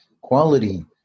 quality